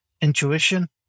intuition